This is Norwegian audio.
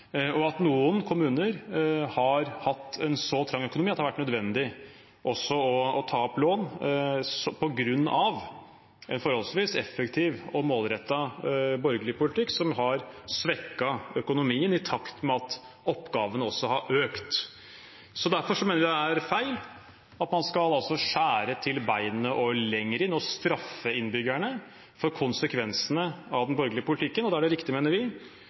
at noen kommuner har hatt en så trang økonomi at det har vært nødvendig å ta opp lån på grunn av en – forholdsvis effektiv og målrettet – borgerlig politikk som har svekket økonomien i takt med at oppgavene har økt. Derfor mener jeg det er feil at man skal skjære til beinet og lenger inn og straffe innbyggerne for konsekvensene av den borgerlige politikken. Da er det riktig, mener vi,